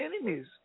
enemies